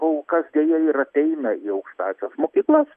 kol kas deja ir ateina į aukštąsias mokyklas